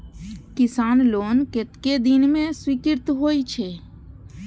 किसान लोन कतेक दिन में स्वीकृत होई छै?